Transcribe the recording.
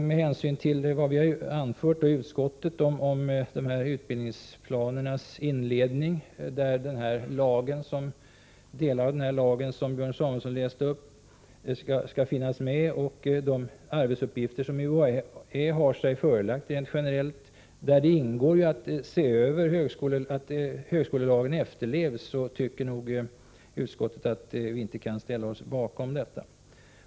Med hänsyn till att delar av den lag som Björn Samuelson läste upp skall finnas med i utbildningsplanernas inledning och med hänsyn till att det ingår i de arbetsuppgifter som UHÄ rent generellt har sig förelagda att tillse att högskolelagen efterlevs anser sig utskottet inte kunna ställa sig bakom vpk:s förslag på den punkten.